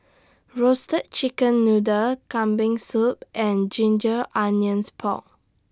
Roasted Chicken Noodle Kambing Soup and Ginger Onions Pork